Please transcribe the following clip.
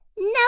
No